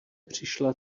přišla